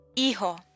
hijo